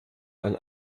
ein